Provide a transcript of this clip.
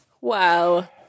Wow